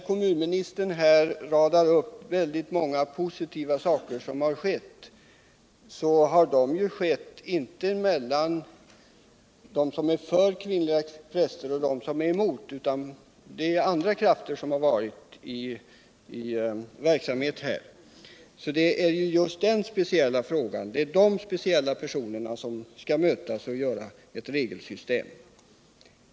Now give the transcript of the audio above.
Kommunministern radar upp väldigt många positiva saker som har skett — men det är inte sådant som har skett tack vare samarbete mellan dem som är för kvinnliga präster och dem som är emot, utan andra krafter har varit i verksamhet. Det är just de speciella personerna som skall mötas och göra ett regelsystem.